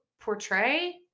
portray